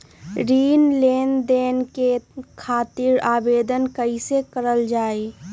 ऋण लेनदेन करे खातीर आवेदन कइसे करल जाई?